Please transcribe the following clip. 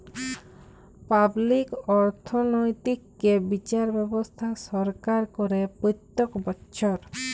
public অর্থনৈতিক্যে বিচার ব্যবস্থা সরকার করে প্রত্যক বচ্ছর